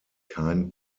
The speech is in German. kein